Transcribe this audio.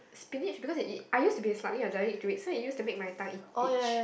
spinach because it is I used to be slightly allaergic to it so it used to make my tongue itchy